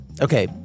Okay